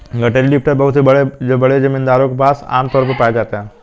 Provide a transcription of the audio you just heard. गठरी लिफ्टर बहुत से बड़े बड़े जमींदारों के पास आम तौर पर पाए जाते है